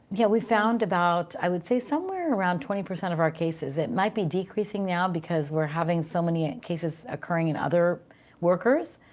yeah, we've found about, i would say somewhere around twenty percent of our cases. it might be decreasing now because we're having so many cases occurring in other workers,